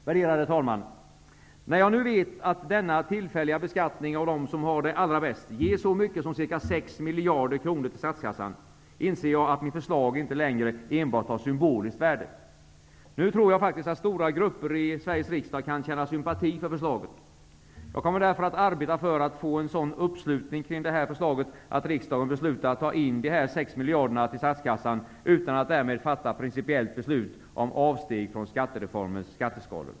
Värderade talman! När jag nu vet att denna tillfälliga beskattning av dem som har det allra bäst, ger så mycket som ca 6 miljarder kronor till statskassan, inser jag att mitt förslag inte längre har enbart symboliskt värde. Nu tror jag faktiskt att stora grupper i Sveriges riksdag kan känna sympati för förslaget. Jag kommer därför att arbeta för att få en sådan uppslutning kring det här förslaget att riksdagen beslutar ta in de här 6 miljarderna till statskassan utan att därmed fatta principiellt beslut om avsteg från skattereformens skatteskalor.